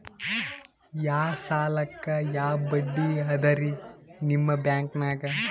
ಯಾ ಸಾಲಕ್ಕ ಯಾ ಬಡ್ಡಿ ಅದರಿ ನಿಮ್ಮ ಬ್ಯಾಂಕನಾಗ?